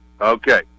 Okay